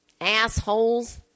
Assholes